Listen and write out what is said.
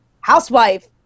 housewife